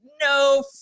no